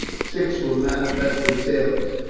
six were manifestly sailors.